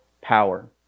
power